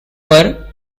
were